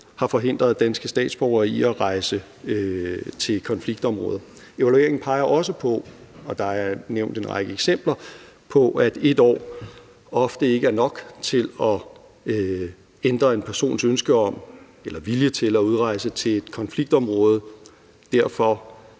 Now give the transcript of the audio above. har forhindret danske statsborgere i at rejse til konfliktområder. Evalueringen peger også på – og der er nævnt en række eksempler – at 1 år ofte ikke er nok til at ændre en persons ønske om eller vilje til at udrejse til et konfliktområde. Derfor